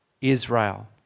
Israel